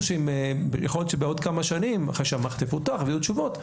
בעוד כמה שנים אחרי שהמערכת תפותח ויהיו תשובות,